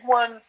one